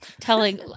Telling